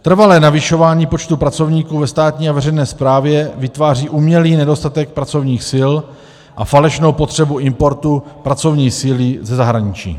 Trvalé navyšování počtu pracovníků ve státní a veřejné správě vytváří umělý nedostatek pracovních sil a falešnou potřebu importu pracovní síly ze zahraničí.